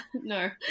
no